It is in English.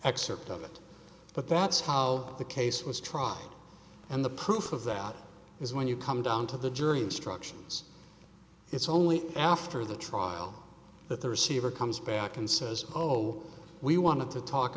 excerpt of it but that's how the case was tried and the proof of that is when you come down to the jury instructions it's only after the trial that the receiver comes back and says oh we want to talk